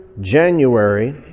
January